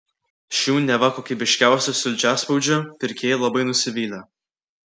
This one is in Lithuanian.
šių neva kokybiškiausių sulčiaspaudžių pirkėjai labai nusivylę